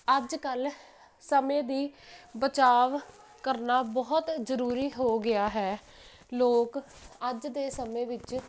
ਅੱਜ ਕੱਲ੍ਹ ਸਮੇਂ ਦੀ ਬਚਾਵ ਕਰਨਾ ਬਹੁਤ ਜ਼ਰੂਰੀ ਹੋ ਗਿਆ ਹੈ ਲੋਕ ਅੱਜ ਦੇ ਸਮੇਂ ਵਿੱਚ